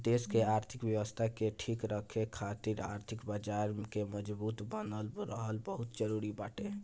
देस के आर्थिक व्यवस्था के ठीक राखे खातिर आर्थिक बाजार के मजबूत बनल रहल बहुते जरुरी बाटे